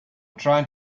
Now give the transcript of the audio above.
trying